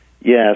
Yes